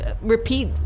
repeat